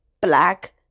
black